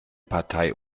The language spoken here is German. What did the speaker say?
partei